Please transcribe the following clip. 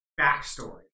backstory